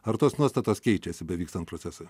ar tos nuostatos keičiasi bevykstant procesui